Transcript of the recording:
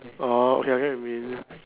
orh okay I get what you mean